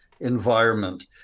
environment